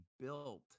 built